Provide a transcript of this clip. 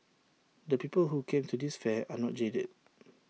the people who came to this fair are not jaded